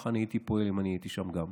כך אני הייתי פועל אם אני הייתי שם גם.